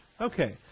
Okay